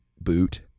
boot